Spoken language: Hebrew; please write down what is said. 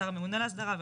השר הממונה להסדרה.